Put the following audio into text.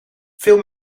veel